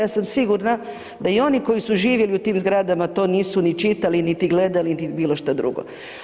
Ja sam sigurna da i oni koji su živjeli u tim zgradama to nisu ni čitali, niti gledali, niti bilo šta drugo.